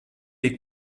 les